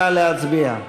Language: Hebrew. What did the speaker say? נא להצביע.